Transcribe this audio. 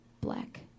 black